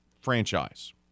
franchise